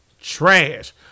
Trash